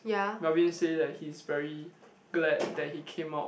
Melvin say that he's very glad that he came out